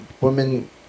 Women